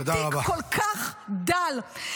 בתיק כל כך דל,